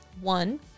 One